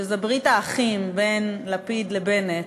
ברית האחים בין לפיד לבנט,